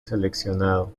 seleccionado